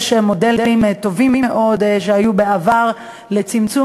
יש מודלים טובים מאוד שהיו בעבר לצמצום